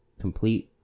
complete